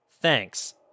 Thanks